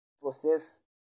process